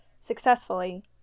successfully